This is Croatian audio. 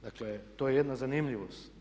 Dakle, to je jedna zanimljivost.